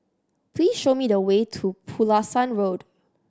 please show me the way to Pulasan Road